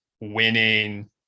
winning